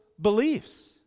beliefs